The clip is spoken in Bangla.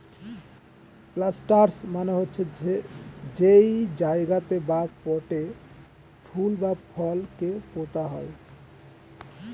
প্লান্টার্স মানে হচ্ছে যেই জায়গাতে বা পটে ফুল বা ফল কে পোতা হয়